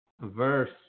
verse